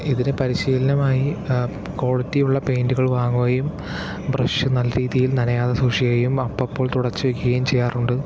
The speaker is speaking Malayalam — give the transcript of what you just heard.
ഇതിന് പരിശീലനമായി ക്വാളിറ്റി ഉള്ള പെയിന്റുകൾ വാങ്ങുകയും ബ്രഷ് നല്ല രീതിയിൽ നനയാതെ സൂക്ഷിക്കുകയും അപ്പപ്പോൾ തുടച്ചു വെക്കുകയും ചെയ്യാറുണ്ട്